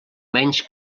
menys